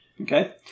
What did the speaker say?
Okay